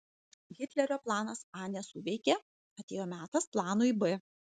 hitlerio planas a nesuveikė atėjo metas planui b